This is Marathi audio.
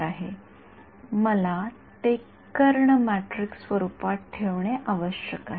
विद्यार्थी सर आपण एक्स चे प्रारंभिक मूल्य कसे निवडायचे